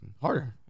harder